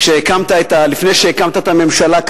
לפני שהקמת את הממשלה,